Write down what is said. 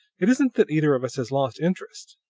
it isn't that either of us has lost interest.